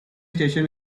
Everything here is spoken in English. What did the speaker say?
station